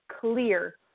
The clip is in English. clear